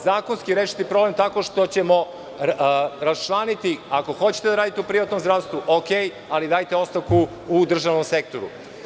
Zakonski rešiti problem tako što ćemo rasčlaniti, ako hoćete da radite u privatnom zdravstvu dobro, ali dajte ostavku u državnom sektoru.